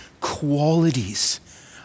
qualities